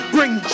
Bring